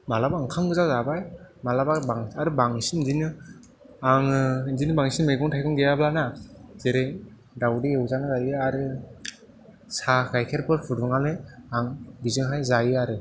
माब्लाबा ओंखाम गोजा जाबाय माब्लाबा आरो बांसिन बिदिनो आङो बिदिनो बांसिन मैगं थाइगं गैयाब्ला ना जेरै दावदै एवजाना जायो आरो सा गाइखेरफोर फुदुंनानै आं बिजोंहाय जायो आरो